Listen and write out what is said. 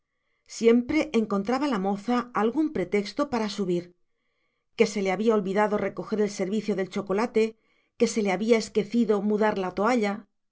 siempre encontraba la moza algún pretexto para subir que se le había olvidado recoger el servicio del chocolate que se le había esquecido mudar la toalla